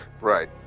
Right